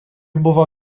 buvo